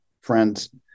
friends